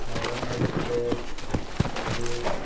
Thailand express airways